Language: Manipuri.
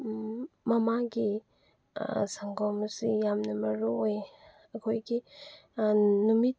ꯃꯃꯥꯒꯤ ꯁꯪꯒꯣꯝ ꯑꯁꯤ ꯌꯥꯝꯅ ꯃꯔꯨꯑꯣꯏꯌꯦ ꯑꯩꯈꯣꯏꯒꯤ ꯅꯨꯃꯤꯠ